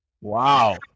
Wow